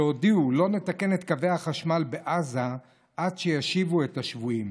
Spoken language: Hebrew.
שהודיעו: לא נתקן את קווי החשמל בעזה עד שישיבו את השבויים.